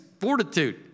fortitude